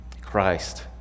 Christ